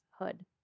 Hood